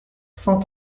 cent